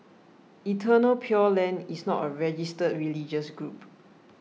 Eternal Pure Land is not a registered religious group